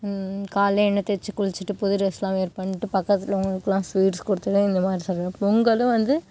காலைல எண்ணெய் தேய்ச்சி குளிச்சுட்டு புது டிரெஸ்லாம் வியர் பண்ணிட்டு பக்கத்தில் உள்ளவங்களுக்கெல்லாம் ஸ்வீட்ஸ் கொடுத்துட்டு இந்தமாதிரி பொங்கலும் வந்து